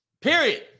Period